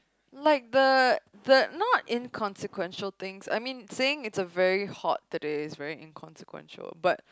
like the the not inconsequential things I mean saying it's a very hot today is very inconsequential but